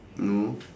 no